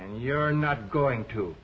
and you're not going to